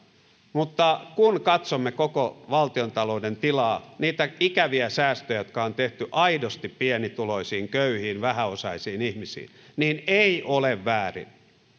mutta kun katsomme koko valtiontalouden tilaa niitä ikäviä säästöjä jotka on tehty aidosti pienituloisiin köyhiin vähäosaisiin ihmisiin niin ei ole väärin